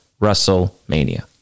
Wrestlemania